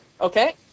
Okay